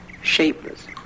shapeless